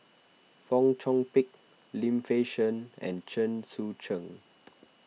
Fong Chong Pik Lim Fei Shen and Chen Sucheng